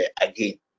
again